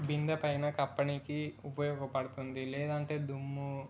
బిందె పైన కప్పడానికి ఉపయోగపడుతుంది లేదంటే దుమ్ము